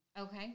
Okay